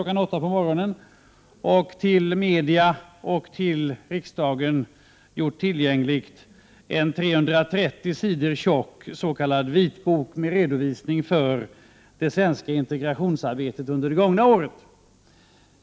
8 00 på morgonen och för media och riksdagen gjort tillgänglig en 330 sidor tjock s.k. vitbok, med redovisning för det svenska integrationsarbetet under det gångna året.